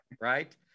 Right